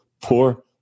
poor